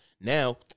Now